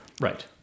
right